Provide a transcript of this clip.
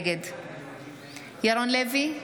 נגד ירון לוי,